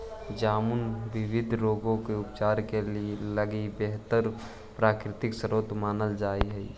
जामुन विविध रोग के उपचार लगी बेहतर प्राकृतिक स्रोत मानल जा हइ